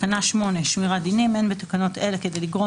תקנה 8: שמירת דינים8.אין בתקנות אלה כדי לגרוע